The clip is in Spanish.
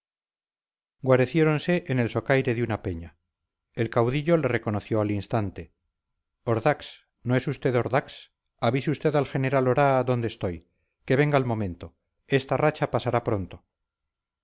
viento guareciéronse en el socaire de una peña el caudillo le reconoció al instante ordax no es usted ordax avise usted al general oraa dónde estoy que venga al momento esta racha pasará pronto